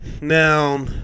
Now